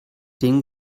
den